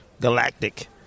galactic